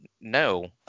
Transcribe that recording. No